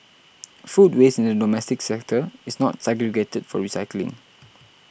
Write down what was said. food waste in the domestic sector is not segregated for recycling